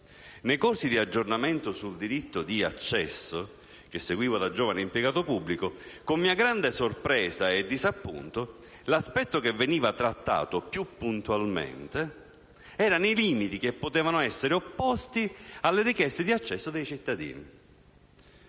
nei corsi di aggiornamento sul diritto di accesso che seguivo da giovane impiegato pubblico, con mia grande sorpresa e disappunto l'aspetto che veniva trattato più puntualmente erano i limiti che potevano essere opposti alle richieste di accesso dei cittadini.